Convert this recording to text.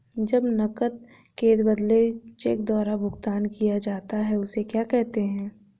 जब नकद के बदले चेक द्वारा भुगतान किया जाता हैं उसे क्या कहते है?